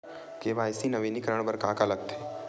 KYC नवीनीकरण बर का का लगथे?